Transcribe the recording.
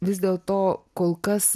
vis dėlto kol kas